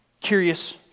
curious